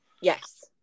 yes